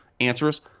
answers